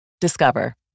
Discover